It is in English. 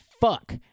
fuck